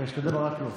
אבל שקדי מרק לא.